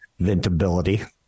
ventability